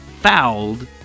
fouled